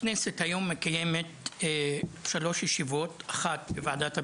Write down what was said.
הכנסת היום מקיימת שלוש ישיבות: אחת בוועדת הבריאות,